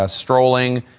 ah strolling.